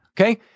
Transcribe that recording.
Okay